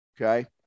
Okay